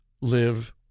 live